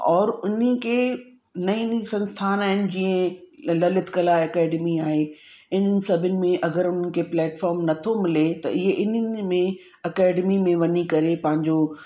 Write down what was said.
और उन्ही खे नई नई संस्थान आहिनि जीअं ल ललित कला अकेडमी आहे इन्हनि सभिनि में अगरि उन्हनि खे प्लेटफ़ॉम नथो मिले त इहे इन्हनि में अकेडमी में वञी करे पंहिंजो